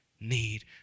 need